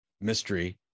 mystery